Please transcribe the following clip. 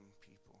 people